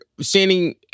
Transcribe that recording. standing